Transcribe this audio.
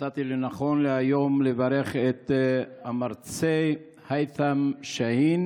מצאתי לנכון היום לברך את המרצה היית'ם שאהין